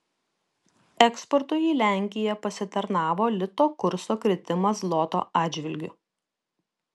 eksportui į lenkiją pasitarnavo lito kurso kritimas zloto atžvilgiu